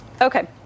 okay